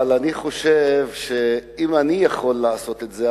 אבל אני חושב שאם אני יכול לעשות את זה,